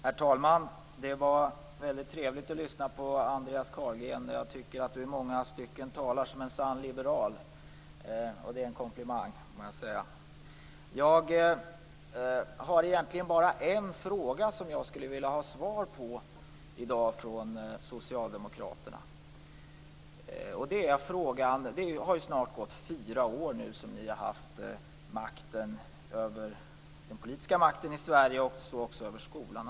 Herr talman! Det var väldigt trevligt att lyssna på Andreas Carlgren. Jag tycker att han i många stycken talar som en sann liberal. Det är en komplimang. Det är egentligen bara en fråga som jag skulle vilja få svar på i dag från socialdemokraterna. Ni har i snart fyra år haft den politiska makten i Sverige, naturligtvis också över skolan.